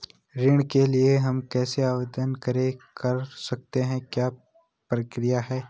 ऋण के लिए हम कैसे आवेदन कर सकते हैं क्या प्रक्रिया है?